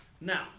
Now